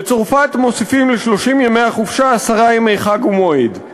בצרפת מוסיפים ל-30 ימי החופשה עשרה ימי חג ומועד,